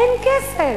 אין כסף.